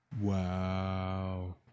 Wow